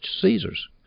Caesar's